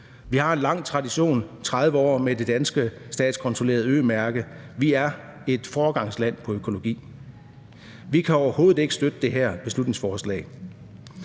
Vi har en lang tradition – 30 år – med det danske statskontrollerede Ø-mærke. Vi er et foregangsland på økologi. Og vi kan overhovedet ikke støtte det her beslutningsforslag.